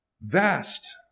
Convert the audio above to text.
vast